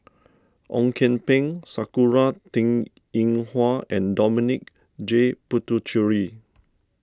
Ong Kian Peng Sakura Teng Ying Hua and Dominic J Puthucheary